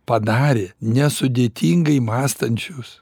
padarė nesudėtingai mąstančius